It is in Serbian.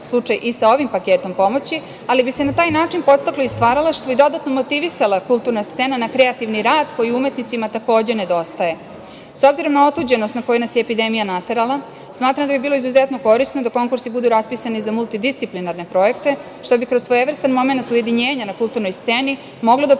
slučaj i sa ovim paketom pomoći, ali bi se na taj način podstaklo i stvaralaštvo i dodatno motivisala kulturna scena na kreativni rad koji umetnicima takođe nedostaje.S obzirom na otuđenost na koju nas je epidemija naterala, smatram da bi bilo izuzetno korisno da konkursi budu raspisani za miltidisciplinarne projekte, što bi kroz svojevrstan momenat ujedinjenja na kulturnoj sceni moglo doprineti